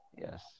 yes